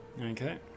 Okay